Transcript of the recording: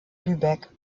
lübeck